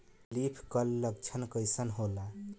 Leaf curl लक्षण कइसन होला?